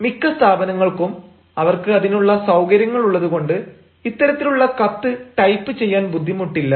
മിക്ക സ്ഥാപനങ്ങൾക്കും അവർക്ക് അതിനുള്ള സൌകര്യങ്ങൾ ഉള്ളതുകൊണ്ട് ഇത്തരത്തിലുള്ള കത്ത് ടൈപ്പ് ചെയ്യാൻ ബുദ്ധിമുട്ടില്ല